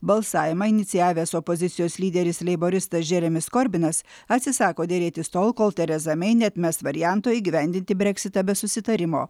balsavimą inicijavęs opozicijos lyderis leiboristas džeremis korbinas atsisako derėtis tol kol tereza mei neatmes varianto įgyvendinti breksitą be susitarimo